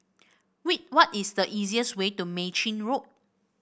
wait what is the easiest way to Mei Chin Road